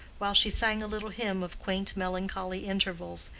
while she sang a little hymn of quaint melancholy intervals,